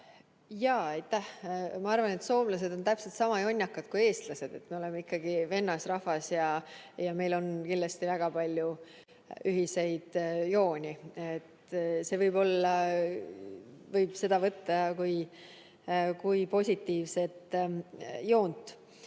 Ma arvan, et soomlased on täpselt sama jonnakad kui eestlased, me oleme ikkagi vennasrahvas ja meil on kindlasti väga palju ühiseid jooni, võib-olla saab seda võtta kui positiivset joont.